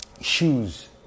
Shoes